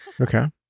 Okay